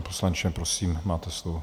Pane poslanče, prosím, máte slovo.